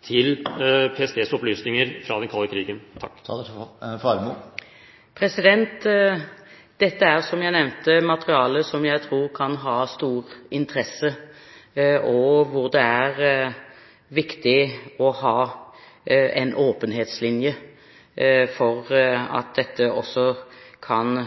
PSTs opplysninger fra den kalde krigen? Dette er, som jeg nevnte, materiale som jeg tror kan ha stor interesse, og hvor det er viktig å ha en åpenhetslinje, slik at dette også kan